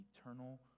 eternal